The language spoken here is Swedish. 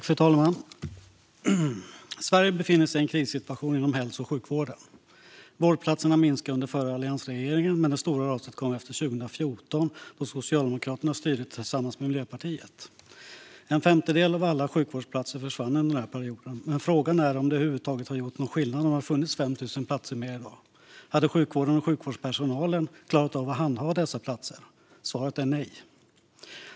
Fru talman! Sverige befinner sig i en krissituation inom hälso och sjukvården. Vårdplatserna minskade under förra alliansregeringen, men det stora raset kom efter 2014 då Socialdemokraterna styrde tillsammans med Miljöpartiet. En femtedel av alla sjukvårdsplatser försvann under den här perioden. Men frågan är om det över huvud taget hade gjort någon skillnad om det hade funnits 5 000 platser fler i dag. Hade sjukvården och sjukvårdspersonalen klarat av att handha dessa platser? Svaret är nej.